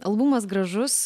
albumas gražus